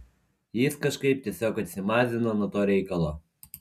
jis kažkaip tiesiog atsimazino nuo to reikalo